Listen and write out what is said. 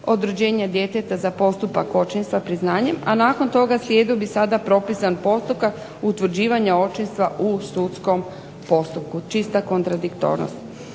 od rođenja djeteta za postupak očinstva priznanjem, a nakon toga slijedio bi sada propisan postupak utvrđivanja očinstva u sudskom postupku. Čista kontradiktornost.